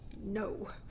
No